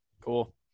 Cool